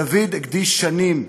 דוד הקדיש שנים,